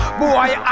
boy